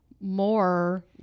more